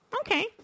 Okay